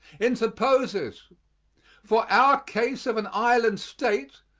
interposes, for our case of an island state,